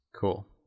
Cool